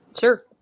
Sure